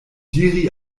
diri